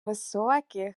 високі